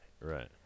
right